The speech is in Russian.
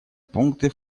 пункты